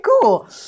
cool